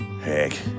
Heck